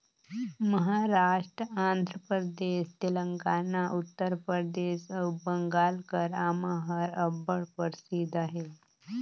महारास्ट, आंध्र परदेस, तेलंगाना, उत्तर परदेस अउ बंगाल कर आमा हर अब्बड़ परसिद्ध अहे